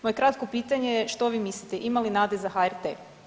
Moje kratko pitanje je, što vi mislite, ima li nade za HRT?